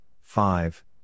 five